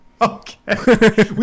Okay